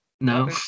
No